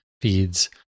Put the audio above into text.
feeds